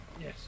Yes